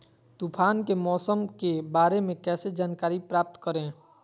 तूफान के मौसम के बारे में कैसे जानकारी प्राप्त करें?